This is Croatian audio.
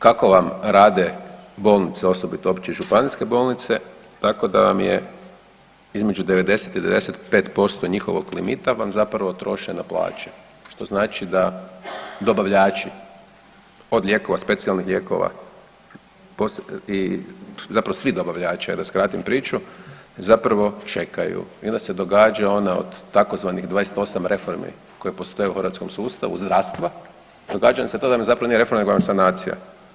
Kako vam rade bolnice, osobito opće i županijske bolnice, tako da vam je između 90 i 95% njihovog limita vam zapravo troše na plaće, što znači da dobavljači, od lijekova, specijalnih lijekova i zapravo svi dobavljači, ajd da skratim priču, zapravo čekaju, i onda se događa ona od takozvanih 28 reformi, koje postoje u hrvatskom sustavu zdravstva, događa vam se to da zapravo nije reforma nego sanacija.